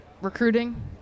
recruiting